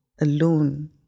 alone